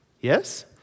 Yes